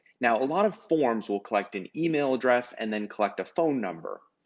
now, a lot of forms will collect an email address and then collect a phone number.